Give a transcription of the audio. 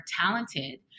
talented